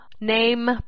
name